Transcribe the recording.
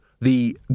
The